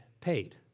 paid